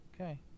okay